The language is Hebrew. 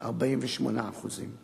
48%;